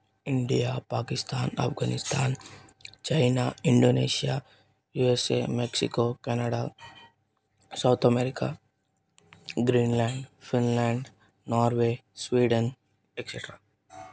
India Pakistan Afghanistan China Indonesia USA Mexico Canada South America Greenland Finland Norway Sweden etcetera